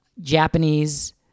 Japanese